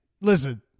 Listen